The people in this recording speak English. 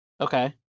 Okay